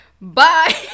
bye